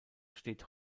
steht